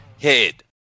head